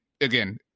again